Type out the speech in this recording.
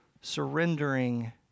surrendering